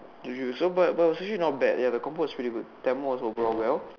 do you so but but was actually not bad the compo was actually not bad Tamil also